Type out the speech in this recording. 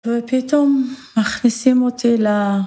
‫בפתאום מכניסים אותי ל